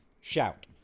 shout